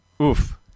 oof